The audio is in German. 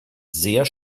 sehr